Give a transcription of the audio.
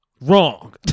wrong